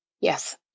Yes